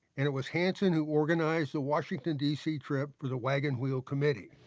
and, it was hansen who organized the washington, d c. trip for the wagon wheel committee.